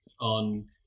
on